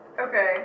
Okay